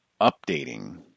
updating